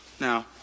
Now